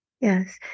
Yes